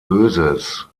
böses